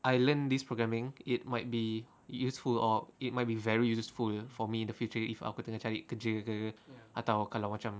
I learned this programming it might be useful or it might be very useful for me in the future if aku tengah cari kerja ke atau kalau macam